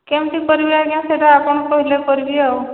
କେମିତି କରିବି ଆଜ୍ଞା ସେଇଟା ଆପଣ କହିଲେ କରିବି ଆଉ